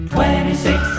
Twenty-six